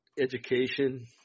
education